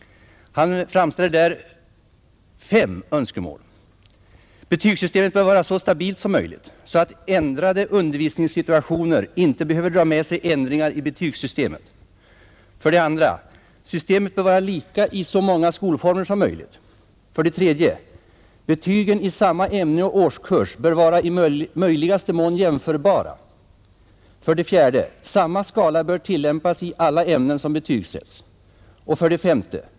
Dessa önskemål är: 1. Betygssystemet bör vara så stabilt som möjligt, så att ändrade undervisningssituationer inte behöver dra med sig ändringar i betygssystemet. 2. Systemet bör vara lika i så många skolformer som möjligt. 3. Betygen i samma ämne och årskurs bör vara i möjligaste mån jämförbara. 4, Samma skala bör tillämpas i alla ämnen som betygsätts. 5.